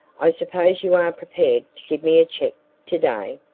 i suppose you are prepared to give me a check today?